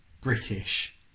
British